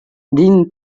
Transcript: dean